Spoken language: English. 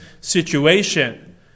situation